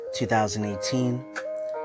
2018